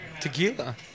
tequila